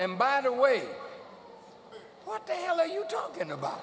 and by the way what the hell are you talking about